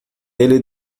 ele